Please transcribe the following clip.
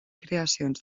creacions